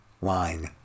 Line